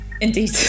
Indeed